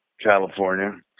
California